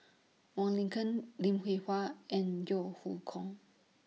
Wong Lin Ken Lim Hwee Hua and Yeo Hoe Koon